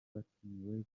batumiwe